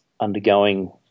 undergoing